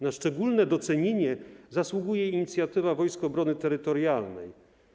Na szczególne docenienie zasługuje inicjatywa Wojsk Obrony Terytorialnej.